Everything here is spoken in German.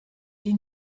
die